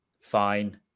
fine